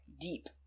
deep